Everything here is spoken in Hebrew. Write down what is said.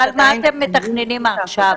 מה אתם מתכננים עכשיו,